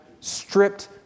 stripped